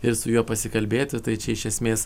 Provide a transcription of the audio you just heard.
ir su juo pasikalbėti tai čia iš esmės